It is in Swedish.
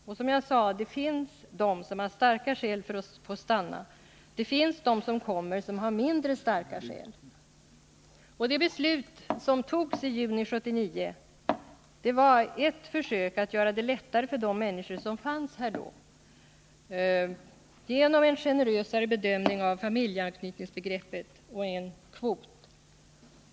Det finns, som sagt, de som har starka skäl för att få stanna, men det finns också sådana som har mindre starka skäl. Beslutet i juni 1979 var ett försök att göra det lättare för de människor som då befann sig här i landet — genom en generösare bedömning av familjeanknytningsbegreppet och kvot.